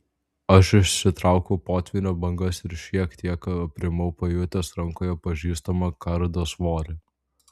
aš išsitraukiau potvynio bangas ir šiek tiek aprimau pajutęs rankoje pažįstamą kardo svorį